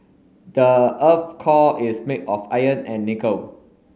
the earth core is made of iron and nickel